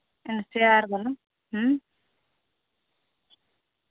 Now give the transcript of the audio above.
share ᱢᱟᱱᱮ